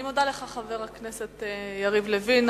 אני מודה לך, חבר הכנסת יריב לוין.